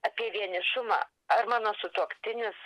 apie vienišumą ar mano sutuoktinis